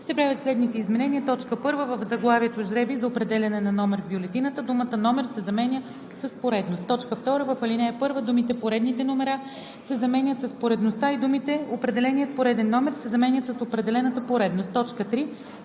се правят следните изменения: 1. В заглавието „Жребий за определяне на номер в бюлетината“ думата „ номер“ се заменя с „поредност“. 2. В ал. 1 думите „Поредните номера“ се заменят с „Поредността“ и думите „Определеният пореден номер“ се заменят с „Определената поредност“. 3. В